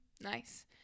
Nice